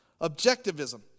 Objectivism